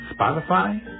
Spotify